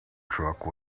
truck